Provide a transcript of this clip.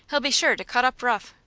be sure to cut up rough.